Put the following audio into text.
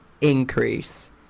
increase